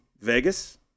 Vegas